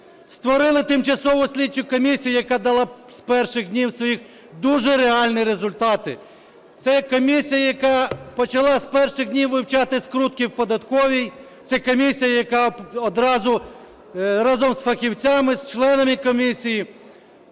створили тимчасову слідчу комісію, яка дала з перших днів своїх дуже реальні результати. Це комісія, яка почала з перших днів вивчати скрутки в податковій, це комісія, яка одразу разом з фахівцями, з членами комісії